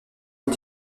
les